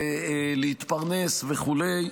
להתפרנס וכו'.